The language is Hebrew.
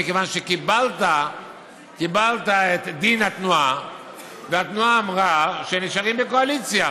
מכיוון שקיבלת את דין התנועה והתנועה אמרה שנשארים בקואליציה,